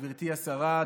גברתי השרה,